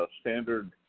standard